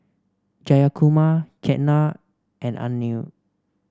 Jayakumar Ketna and Anil